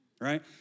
right